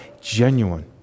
genuine